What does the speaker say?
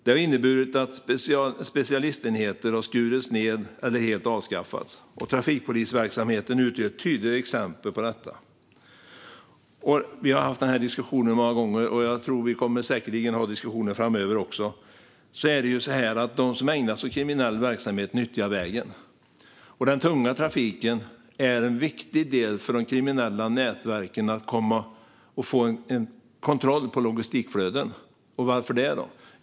Det har inneburit att specialistenheter har skurits ned eller helt avskaffats. Trafikpolisverksamheten utgör ett tydligt exempel på detta." Vi har haft den här diskussionen många gånger, och vi kommer säkerligen att ha diskussioner om detta framöver också. De som ägnar sig åt kriminell verksamhet nyttjar vägen. Den tunga trafiken är viktig för att de kriminella nätverken ska få kontroll över logistikflöden. Varför det, då?